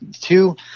Two